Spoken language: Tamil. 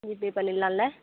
ஜிபே பண்ணிடலாம்ல